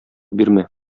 бирмә